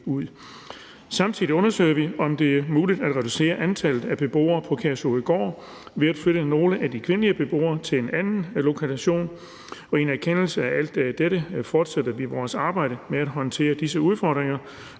Samtidig undersøger vi, om det er muligt at reducere antallet af beboere på Kærshovedgård ved at overføre nogle af de kvindelige beboer til en anden lokation, og i en erkendelse af alt dette fortsætter vi vores arbejde med at håndtere disse udfordringer,